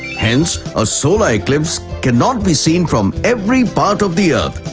hence, a solar eclipse cannot be seen from every part of the earth,